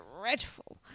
dreadful